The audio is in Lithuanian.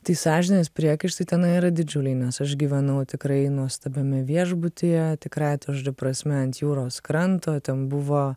tai sąžinės priekaištai tenai yra didžiuliai nes aš gyvenau tikrai nuostabiame viešbutyje tikrąja to žodžio prasme ant jūros kranto ten buvo